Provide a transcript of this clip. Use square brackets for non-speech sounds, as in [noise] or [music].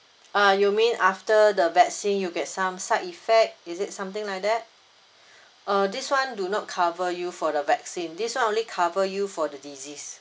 uh you mean after the vaccine you get some side effect is it something like that [breath] uh this one do not cover you for the vaccine this [one] only cover you for the disease